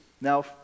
Now